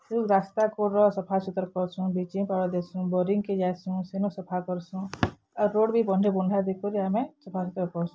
ରାସ୍ତା କୋଡ଼୍ର ସଫା ସୁତର୍ କର୍ସୁଁବ୍ଲିଚିଂ ପାଉଡ଼ର୍ ଦେସୁଁ ବୋରିଙ୍ଗ୍କେ ଯାଏସୁଁ ସେନୁ ସଫା କର୍ସୁଁ ଆଉ ରୋଡ଼୍ ବି ବଣ୍ଢ ବୁଣ୍ଢା ଦେଇକରି ଆମେ ସଫା ସୁତ୍ରା କରୁସୁଁ